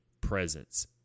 presence